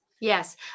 Yes